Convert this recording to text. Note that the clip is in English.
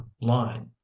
line